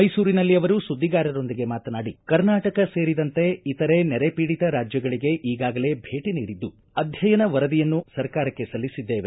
ಮೈಸೂರಿನಲ್ಲಿ ಅವರು ಸುದ್ದಿಗಾರರೊಂದಿಗೆ ಮಾತನಾಡಿ ಕರ್ನಾಟಕ ಸೇರಿದಂತೆ ಇತರೆ ನೆರೆ ಪೀಡಿತ ರಾಜ್ಜಗಳಗೆ ಈಗಾಗಲೇ ಭೇಟಿ ನೀಡಿದ್ದು ಅಧ್ಯಯನ ವರದಿಯನ್ನು ಸರ್ಕಾರಕ್ಕೆ ಸಲ್ಲಿಸಿದ್ದೇವೆ